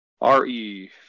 R-E